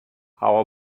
how